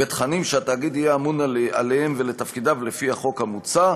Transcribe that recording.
בתכנים שהתאגיד יהיה אמון עליהם ואת תפקידיו לפי החוק המוצע,